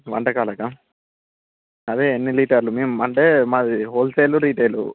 వంటకాలకా అదే ఎన్ని లీటర్లు మేము అంటే మాది హోల్సేల్ రీటేల్